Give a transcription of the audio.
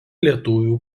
lietuvių